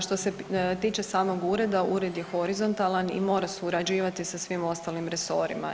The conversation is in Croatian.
Što se tiče samog ureda, ured je horizontalan i mora surađivati sa svim ostalim resorima.